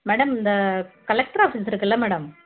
madam இந்த collector office இருக்கில்ல madam